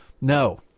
No